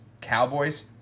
Cowboys